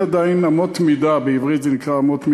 עדיין אין אמות מידה, בעברית זה נקרא "אמות מידה".